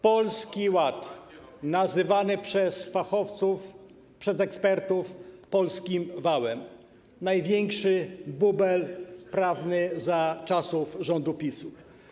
Polski Ład, nazywany przez fachowców, przez ekspertów polskim wałem, to największy bubel prawny za czasów rządu PiS-u.